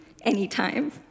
anytime